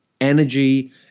energy